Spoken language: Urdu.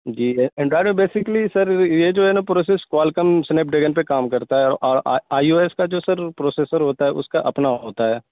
جی ہے اینڈرائڈ میں بیسکلی سر یہ جو ہے نا پروسیس کوالکم سنیپڈیگن پہ کام کرتا ہے اور آئی او ایس کا جو سر پروسیسر ہوتا ہے اس کا اپنا ہوتا ہے